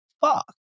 fuck